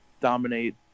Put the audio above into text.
dominate